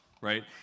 right